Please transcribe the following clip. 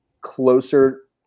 closer